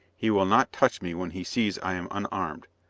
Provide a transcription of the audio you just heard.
he will not touch me when he sees i am unarmed,